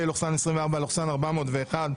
פ/401/24